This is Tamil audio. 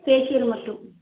ஃபேஷியல் மட்டும்